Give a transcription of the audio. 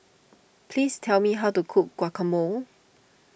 please tell me how to cook Guacamole